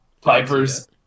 Piper's